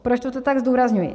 Proč to tu tak zdůrazňuji?